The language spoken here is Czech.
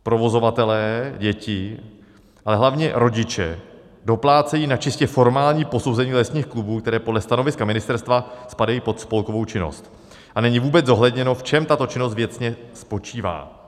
Provozovatelé, děti, ale hlavně rodiče doplácejí na čistě formální posouzení lesních klubů, které podle stanoviska ministerstva spadají pod spolkovou činnost, a není vůbec zohledněno, v čem tato činnost věcně spočívá.